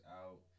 out